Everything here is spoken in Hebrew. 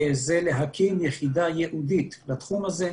זה להקים יחידה ייעודית לתחום הזה,